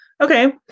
Okay